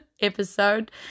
episode